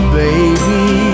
baby